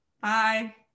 bye